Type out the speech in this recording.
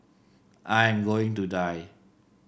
I am going to die